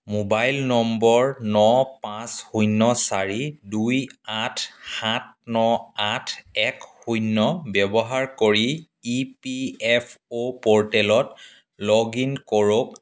mobile নম্বৰ ন পাঁচ শূন্য চাৰি দুই আঠ সাত ন আঠ এক শূন্য ব্যৱহাৰ কৰি ই পি এফ অ' পৰ্টেলত লগ ইন কৰক